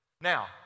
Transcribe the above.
now